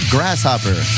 Grasshopper